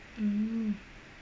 mm